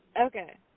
Okay